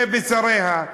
ושריה,